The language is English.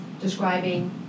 describing